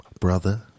brother